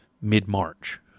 mid-March